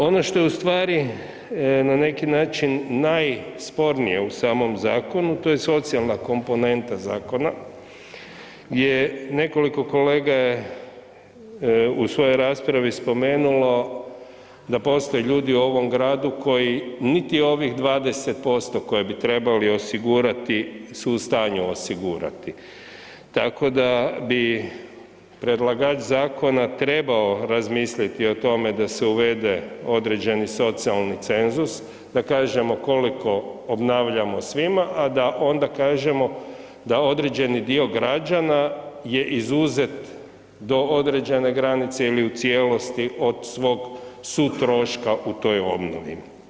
Ono što je u stvari na neki način najspornije u samom zakonu to je socijalna komponenta zakona, je nekoliko kolega je u svojoj raspravi spomenulo da postoje ljudi u ovom gradu koji niti ovih 20% koje bi trebali osigurati su u stanju osigurati, tako da bi predlagač zakona trebao razmisliti o tome da se uvede određeni socijalni cenzus da kažemo koliko obnavljamo svima, a da onda kažemo da određeni dio građana je izuzet do određene granice ili u cijelosti od svog sutroška u toj obnovi.